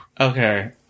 Okay